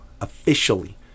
officially